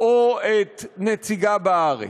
או את נציגה בארץ?